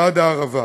ועד הערבה.